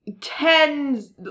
tens